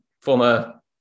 Former